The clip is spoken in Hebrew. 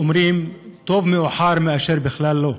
אומרים טוב מאוחר מאשר בכלל לא.